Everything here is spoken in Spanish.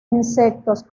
insectos